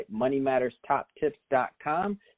moneymatterstoptips.com